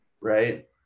right